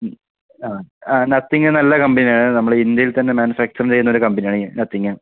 ആ നത്തിങ്ങ് നല്ല കമ്പനിയാണ് നമ്മുടെ ഇന്ത്യയിൽ തന്നെ മാനുഫാക്ചർ ചെയ്യുന്ന ഒരു കമ്പനിയാണ് ഈ നത്തിങ്ങ്